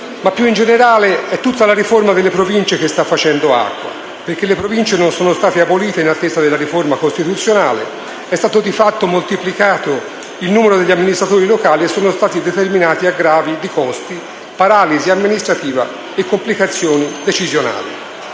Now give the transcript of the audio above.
Più in generale, è tutta la riforma delle Province che sta facendo acqua, perché le Province non sono state abolite in attesa della riforma costituzionale: è stato di fatto moltiplicato il numero degli amministratori locali e sono stati determinati aggravi di costi, paralisi amministrativa e complicazioni decisionali.